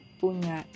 punya